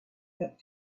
but